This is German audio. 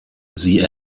sie